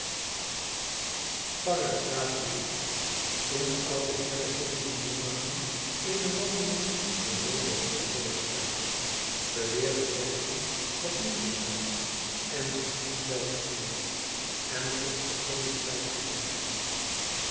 iii toen de oude heer den volgenden morgen eene wandeling naar moldehoï voorstelde beweerde bertie wat moê te zijn en zich niet wel te voelen en vroeg vergunning thuis te blijven